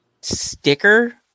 Sticker